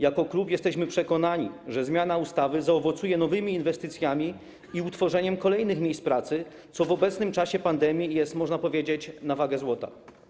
Jako klub jesteśmy przekonani, że zmiana ustawy zaowocuje nowymi inwestycjami i utworzeniem kolejnych miejsc pracy, co w obecnym czasie pandemii jest, można powiedzieć, na wagę złota.